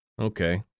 Okay